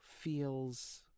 feels